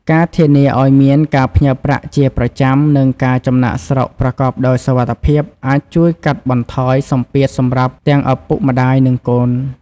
ការធានាឱ្យមានការផ្ញើប្រាក់ជាប្រចាំ និងការចំណាកស្រុកប្រកបដោយសុវត្ថិភាពអាចជួយកាត់បន្ថយសម្ពាធសម្រាប់ទាំងឪពុកម្តាយនិងកូន។